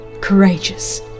courageous